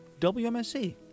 WMSC